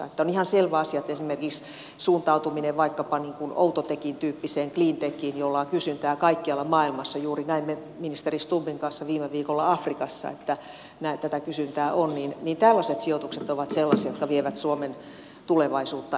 on ihan selvä asia esimerkiksi suuntautuminen vaikkapa outotecin tyyppiseen cleantechiin jolla on kysyntää kaikkialla maailmassa juuri näimme ministeri stubbin kanssa viime viikolla afrikassa että tätä kysyntää on että tällaiset sijoitukset ovat sellaisia jotka vievät suomen tulevaisuutta eteenpäin